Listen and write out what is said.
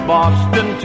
Boston